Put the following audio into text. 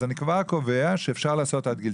אז אני כבר קובע שאפשר לעשות עד גיל